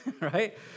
Right